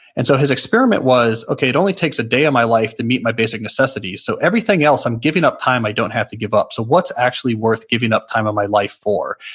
and so his experiment was, okay, it only takes a day of my life to meet my basic necessities, so everything else i'm giving up time i don't have to give up. so, what's actually worth giving up time of my life for?